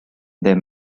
their